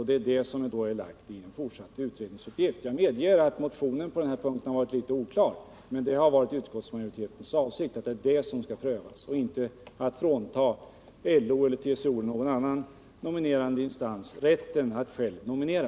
Den frågan anser vi att den fortsatta utredningen skall undersöka. Jag medger att motionen på denna punkt har varit litet oklar, men utskottsmajoritetens avsikt har alltså varit att frågan skall prövas. Vår avsikt har inte varit att ta ifrån LO eller TCO eller någon annan nominerande instans rätten att själv nominera.